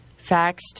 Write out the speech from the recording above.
faxed